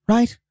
Right